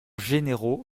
généraux